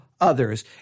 others